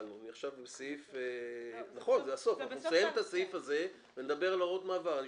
נסיים את הסעיף הזה ונדבר אח"כ על הוראות מעבר.